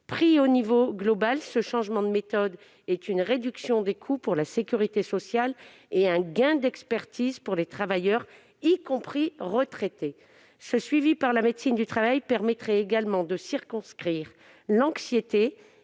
Pris de manière globale, ce changement de méthode est une réduction des coûts pour la sécurité sociale et un gain d'expertise pour les travailleurs, y compris les retraités. Ce suivi par la médecine du travail permettrait également de circonscrire l'anxiété